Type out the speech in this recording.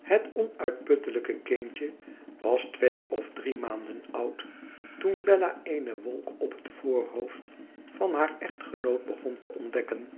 het onuitputtelijke kindje was twee of drie maanden oud toen bella eene wolk op het voorhoofd van haar echtgenoot begon te ontdekken